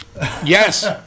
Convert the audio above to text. Yes